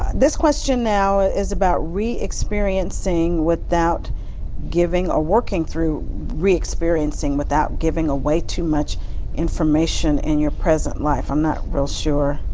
this question now is about reexperiencing without giving or working through reexperiencing without giving away too much information in your present life. i'm not sure.